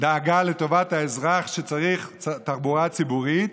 דאגה לטובת האזרח שצריך תחבורה ציבורית,